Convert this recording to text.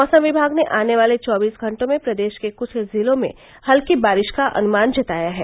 मौसम विभाग ने आने वाले चौबीस घंटों में प्रदेश के कुछ जिलों में हल्की बारिश का अन्मान जताया है